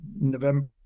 November